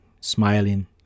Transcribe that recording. smiling